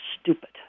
stupid